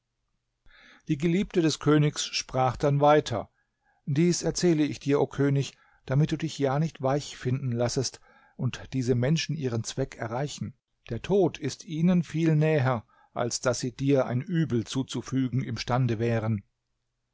die geliebte des königs sprach dann weiter dies erzähle ich dir o könig damit du dich ja nicht weich finden lassest und diese menschen ihren zweck erreichen der tod ist ihnen viel näher als daß sie dir ein übel zuzufügen imstande wären